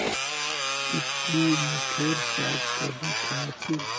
की टी मोठेर चाट कभी ख़या छि